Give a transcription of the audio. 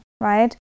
right